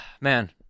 Man